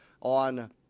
on